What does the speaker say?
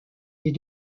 des